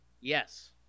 Yes